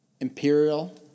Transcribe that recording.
Imperial